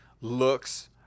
looks